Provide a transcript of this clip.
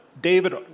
David